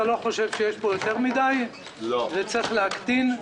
לא חושב שיש פה יותר מדי וצריך להקטין?